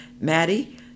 Maddie